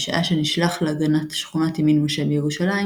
בשעה שנשלח להגנת שכונת ימין משה בירושלים,